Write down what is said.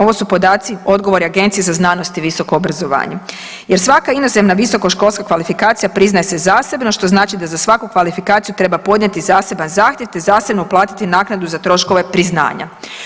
Ovo su podaci odgovori Agencije za znanost i visoko obrazovanje jer svaka inozemno visokoškolska kvalifikacija priznaje se zasebno što znači da za svaku kvalifikaciju treba podnijeti zaseban zahtjev te zasebno platiti naknadu za troškove priznanja.